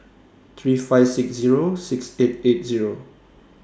three five six Zero six eight eight Zero